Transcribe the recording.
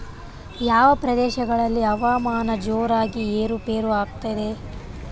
ಯಾವ ಪ್ರದೇಶಗಳಲ್ಲಿ ಹವಾಮಾನ ಜೋರಾಗಿ ಏರು ಪೇರು ಆಗ್ತದೆ?